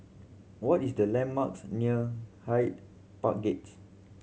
what is the landmarks near Hyde Park Gates